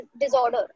Disorder